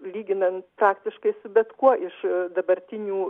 lyginant faktiškai su bet kuo iš dabartinių